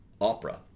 opera